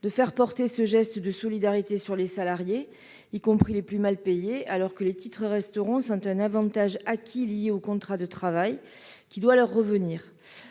il fait reposer ce geste de solidarité sur les salariés, y compris les plus mal payés, alors que les titres-restaurant sont un avantage acquis lié au contrat de travail qui doit leur revenir.